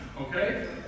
okay